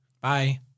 Bye